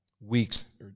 weeks